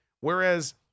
Whereas